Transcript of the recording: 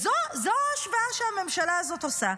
זו ההשוואה שהממשלה הזאת עושה,